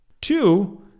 two